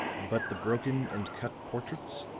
but the broken and cut portraits?